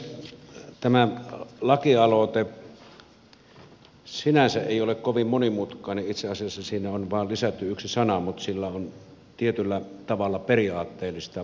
tämä lakialoite sinänsä ei ole kovin monimutkainen itse asiassa siinä on lisätty vain yksi sana mutta sillä on tietyllä tavalla periaatteellista merkitystä